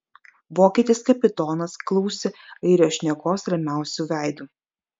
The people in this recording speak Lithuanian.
vokietis kapitonas klausė airio šnekos ramiausiu veidu